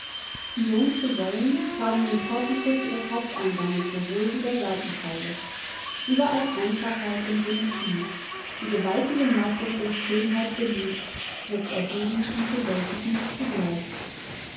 ionische säulen tragen den portikus des haupteinganges sowohl wie der seitenteile überall einfachheit und symmetrie die gewaltige masse durch schönheit belebt wirkt erhebend und bewältigend zugleich